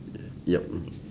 ya